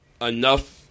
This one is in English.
enough